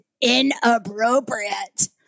inappropriate